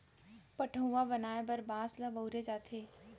पठअउवा बनाए बर बांस ल बउरे जाथे